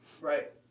right